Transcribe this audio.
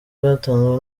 bwatanzwe